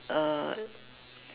err